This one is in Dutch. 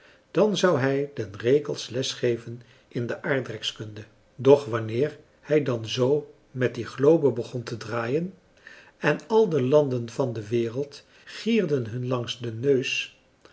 dan zou hij den rekels les geven in de aardrijkskunde doch wanneer hij dan zoo met die globe begon te draaien en al de landen van de wereld gierden hun langs den neus